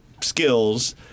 skills